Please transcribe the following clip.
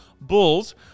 Bulls